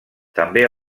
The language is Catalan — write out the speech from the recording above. també